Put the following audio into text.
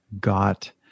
got